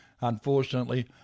unfortunately